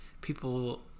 people